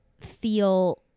feel